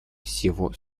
всего